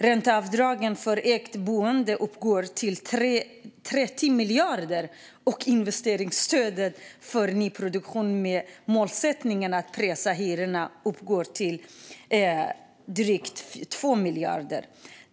Ränteavdragen för ägt boende uppgår till 30 miljarder, och investeringsstödet för nyproduktion med målsättningen att pressa hyrorna uppgår till drygt 2 miljarder.